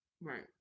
right